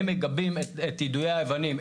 והם מגבים את יידויי אבנים.